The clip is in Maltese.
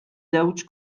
żewġ